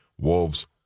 Wolves